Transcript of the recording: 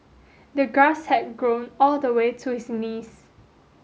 the grass had grown all the way to his knees